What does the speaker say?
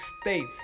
States